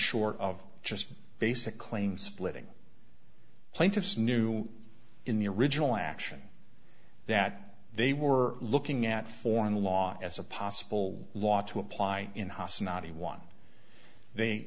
short of just basic claim splitting plaintiffs knew in the original action that they were looking at foreign law as a possible law to apply in haass not the one they